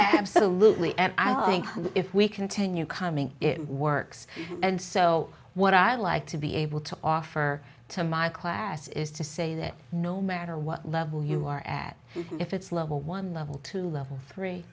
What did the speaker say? salute lee and i think if we continue coming it works and so what i like to be able to offer to my class is to say that no matter what level you are at if it's level one level to level three